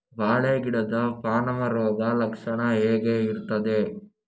ಬಾಳೆ ಗಿಡದ ಪಾನಮ ರೋಗ ಲಕ್ಷಣ ಹೇಗೆ ಇರ್ತದೆ?